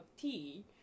tea